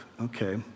Okay